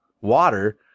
water